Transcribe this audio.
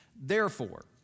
Therefore